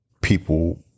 people